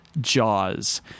Jaws